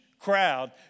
crowd